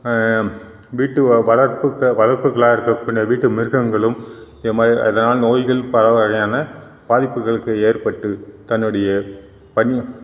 வீட்டு வளர்ப்புக வளர்ப்புகளாக இருக்க கூடிய வீட்டு மிருகங்களும் இதை மாதிரி அதனால் நோய்கள் பல வகையான பாதிப்புகளுக்கு ஏற்பட்டு தன்னுடைய பணி